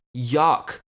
Yuck